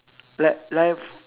like like f~